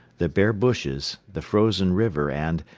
the bare bushes, the frozen river and,